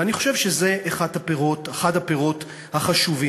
ואני חושב שזה אחד הפירות החשובים.